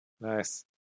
Nice